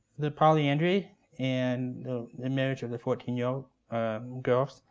the polyandry and the marriage of the fourteen year old girls.